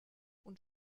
und